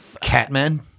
Catman